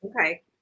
Okay